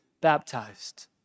baptized